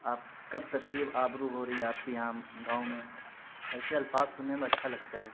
آپ کب تشریف آبرو ہو رہی ہے آپ کے یہاں گاؤں میں ایسے الفاظ سننے میں اچھا لگتا ہے